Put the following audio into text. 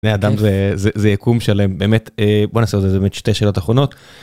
אדם זה זה יקום שלהם באמת בוא נעשה את זה בשתי שאלות אחרונות.